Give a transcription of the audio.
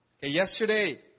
Yesterday